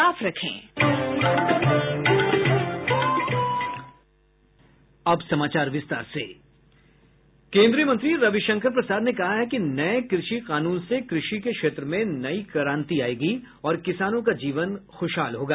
sound bite केंद्रीय मंत्री रविशंकर प्रसाद ने कहा है कि नए कृषि कानून से कृषि के क्षेत्र में नई क्रांति आयेगी और किसानों का जीवन खुशहाल होगा